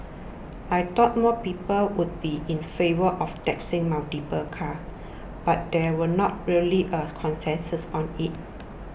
I thought more people would be in favour of taxing multiple cars but there were not really a consensus on it